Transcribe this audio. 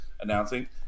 announcing